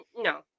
No